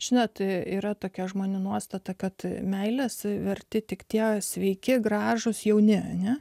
šiemet yra tokia žmonių nuostata kad meilės verti tik tie sveiki gražūs jauni ne